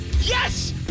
Yes